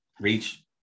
reach